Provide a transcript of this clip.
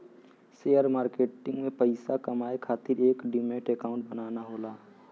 share market में पइसा कमाये खातिर एक डिमैट अकांउट बनाना होला